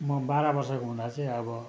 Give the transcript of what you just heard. म बाह्र वर्षको हुँदा चाहिँ अब